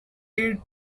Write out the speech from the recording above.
did